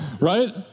Right